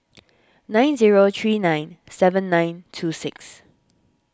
nine zero three nine seven nine two six